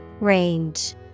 range